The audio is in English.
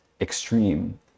extreme